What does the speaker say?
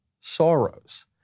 sorrows